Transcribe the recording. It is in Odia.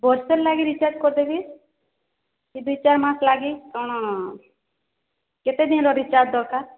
ବର୍ଷେର ଲାଗି ରିଚାର୍ଜ୍ କରିଦେବି କି ଦୁଇ ଚାର୍ ମାସ୍ ଲାଗି କଣ କେତେ ଦିନ୍ର ରିଚାର୍ଜ୍ ଦରକାର